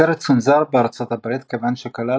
הסרט צונזר בארצות הברית כיוון שכלל